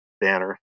banner